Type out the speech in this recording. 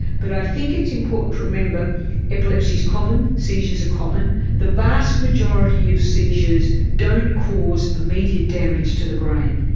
but i think it's important to remember epilepsy is common, seizures are common the vast majority of seizures don't cause immediate damage to the brain.